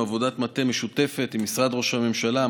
עם עבודת מטה משותפת של משרד ראש הממשלה,